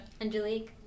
Angelique